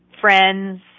Friends